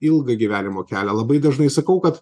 ilgą gyvenimo kelią labai dažnai sakau kad